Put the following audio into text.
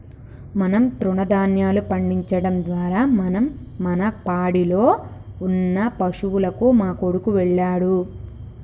మనం తృణదాన్యాలు పండించడం ద్వారా మనం మన పాడిలో ఉన్న పశువులకు మా కొడుకు వెళ్ళాడు